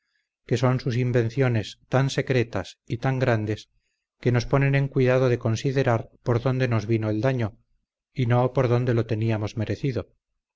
que son sus invenciones tan secretas y tan grandes que nos ponen en cuidado de considerar por donde nos vino el daño y no por donde lo teníamos merecido